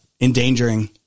endangering